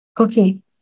Okay